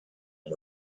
and